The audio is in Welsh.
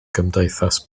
gymdeithas